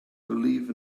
believe